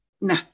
No